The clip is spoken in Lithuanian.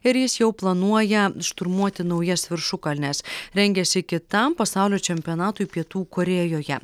ir jis jau planuoja šturmuoti naujas viršukalnes rengiasi kitam pasaulio čempionatui pietų korėjoje